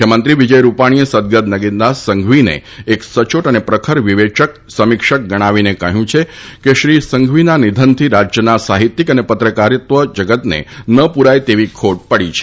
મુખ્યમંત્રીશ્રી વિજય રૂપાણીએ સદગત નગીનદાસ સંઘવીને એક સચોટ અને પ્રખર વિવેચક સમીક્ષક ગણાવીને કહ્યું હતું કે શ્રી સંઘવીના નિધનથી રાજ્યના સાહિત્યિક અને પત્રકારિતા જગતને ના પુરાય એવી ખોટ પડી છે